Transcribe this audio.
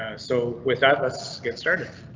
so with that, let's get started.